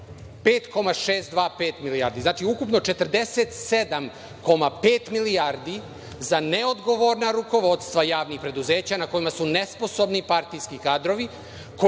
5,625 milijardi. Znači, ukupno 47,5 milijardi za neodgovorna rukovodstva javnih preduzeća, na kojima su nesposobni partijski kadrovi